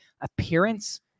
appearance